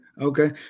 Okay